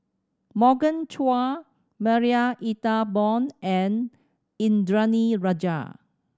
Morgan Chua Marie Ethel Bong and Indranee Rajah